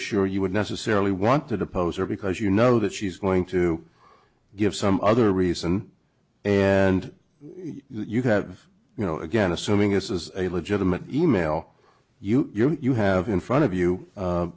sure you would necessarily want to depose her because you know that she's going to give some other reason and you have you know again assuming this is a legitimate email you you you have in front of you